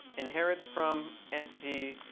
inherits from entity,